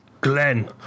Glenn